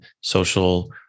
social